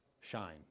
shine